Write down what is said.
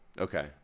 okay